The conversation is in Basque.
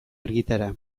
argitara